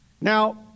Now